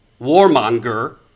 warmonger